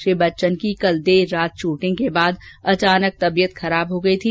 श्री बच्चन की कल देर रात शूटिंग के बाद अचानक तबियत खराब हो गयी थी